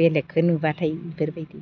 बेलेकखो नुब्लाथाय इफोरबायदि